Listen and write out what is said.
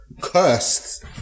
cursed